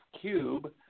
cube